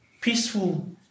peaceful